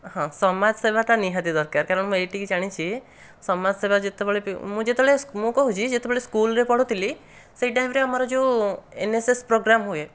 ହଁ ସମାଜ ସେବା ତ ନିହାତି ଦରକାର କାରଣ ମୁଁ ଏତିକି ଜାଣିଛି ସମାଜସେବା ଯେତେବେଳେ ବି ମୁଁ ଯେତେବେଳେ ମୁଁ କହୁଛି ଯେତେବେଳେ ସ୍କୁଲରେ ପଢ଼ୁଥିଲି ସେହି ଟାଇମ୍ରେ ଆମର ଯେଉଁ ଏନ୍ଏସ୍ଏସ୍ ପ୍ରୋଗ୍ରାମ୍ ହୁଏ